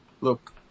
look